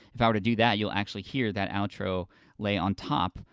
if i were to do that, you'll actually hear that autro lay on top,